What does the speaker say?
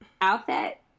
Outfit